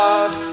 God